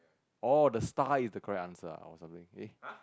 oh the star is the correct answer ah or something eh